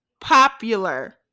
popular